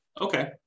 Okay